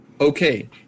Okay